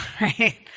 right